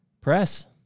Press